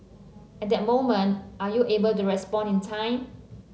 at that moment are you able to respond in time